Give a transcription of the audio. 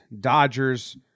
Dodgers